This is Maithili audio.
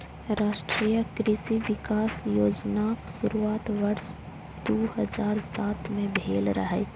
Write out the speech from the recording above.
राष्ट्रीय कृषि विकास योजनाक शुरुआत वर्ष दू हजार सात मे भेल रहै